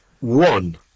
one